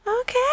Okay